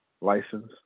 license